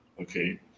Okay